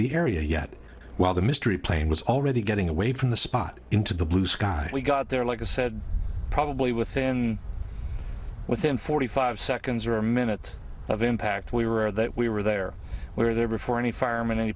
the area yet while the mystery plane was already getting away from the spot into the blue sky we got there like i said probably within within forty five seconds or minute of impact we were there we were there we were there before any fireman an